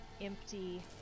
empty